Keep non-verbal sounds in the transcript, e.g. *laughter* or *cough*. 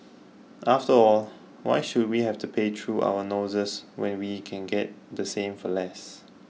*noise* after all why should we have to pay through our noses when we can get the same for less